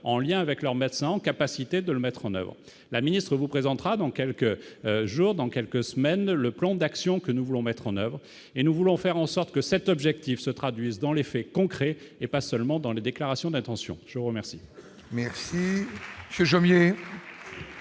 en lien avec leur médecin en capacité de le mettre en avant la ministre vous présentera dans quelques jours, dans quelques semaines, le plan d'action que nous voulons mettre en oeuvre et nous voulons faire en sorte que cet objectif se traduise dans les faits concrets et pas seulement dans les déclarations d'intention, je vous remercie.